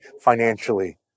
financially